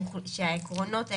שהעקרונות האלה,